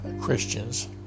Christians